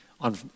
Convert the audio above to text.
on